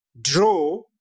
draw